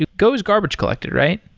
go is garbage collector, right?